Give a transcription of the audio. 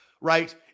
right